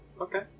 Okay